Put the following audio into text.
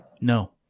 No